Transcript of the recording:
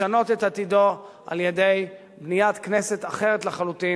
לשנות את עתידו על-ידי בניית כנסת אחרת לחלוטין,